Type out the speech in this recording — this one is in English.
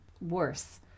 worse